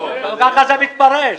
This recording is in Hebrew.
כך זה מתפרש.